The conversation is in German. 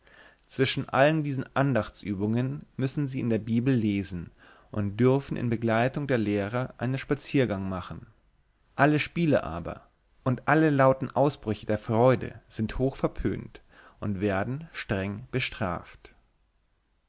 zwischen allen diesen andachtsübungen müssen sie in der bibel lesen und dürfen in begleitung der lehrer einen spaziergang machen alle spiele aber und alle lauten ausbrüche der freude sind hoch verpönt und werden streng bestraft